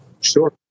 Sure